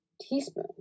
teaspoon